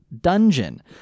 Dungeon